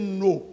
no